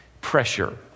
pressure